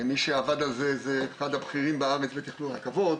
מי שעבד על זה הוא אחד הבכירים בארץ בתכנון רכבות,